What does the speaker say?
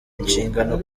inshingano